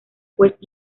pues